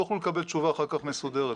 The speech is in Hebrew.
תוכלו לקבל תשובה אחר כך מסודרת,